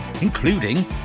including